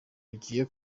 ugiye